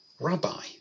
rabbi